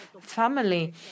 family